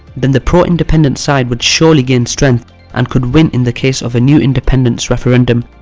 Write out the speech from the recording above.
then the pro-independence side would surely gain strength and could win in the case of a new independence referendum,